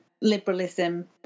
liberalism